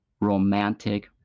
romantic